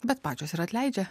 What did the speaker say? bet pačios ir atleidžia